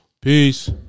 Peace